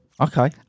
Okay